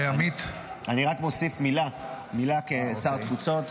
אני רק מוסיף מילה כשר התפוצות.